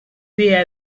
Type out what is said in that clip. dia